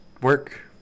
work